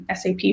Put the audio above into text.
SAP